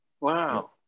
wow